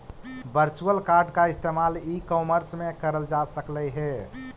virtual card का इस्तेमाल e commerce में करल जा सकलई हे